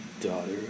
Daughter